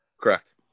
Correct